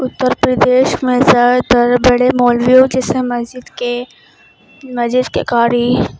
اتر پردیش میں زیادہ تر بڑے مولویوں جیسے مسجد کے مسجد کے قاری